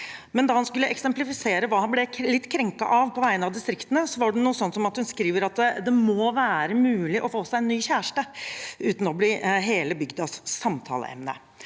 Da han skulle eksemplifisere hva han ble litt krenket av på vegne av distriktene, var det noe sånt som at hun skriver at det må være mulig å få seg en ny kjæreste uten å bli hele bygdas samtaleemne.